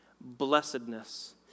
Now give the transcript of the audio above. blessedness